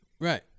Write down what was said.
Right